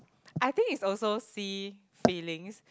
I think is also see feelings